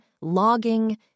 logging